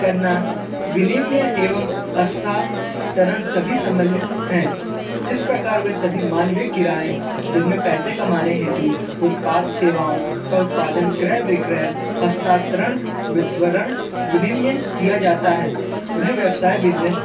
करना विनिमय एवं हस्तांतरण सभी सम्मिलित हैं इस प्रकार वे सभी मानविक किराये जिनमें पैसा कमाने हेतु उत्पाद सेवाओं का उत्पादन क्रय विक्रय हस्तांतरण वितरण विनिमय किया जाता है उन्हें व्यवसाय बिजनेस